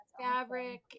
fabric